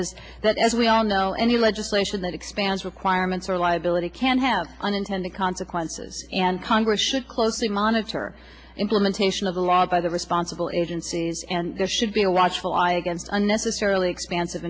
is that as we all know any legislation that expands requirements or liability can have unintended consequences and congress should closely monitor implementation of the law by the responsible action scenes and there should be a watchful eye against unnecessarily expansive